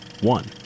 one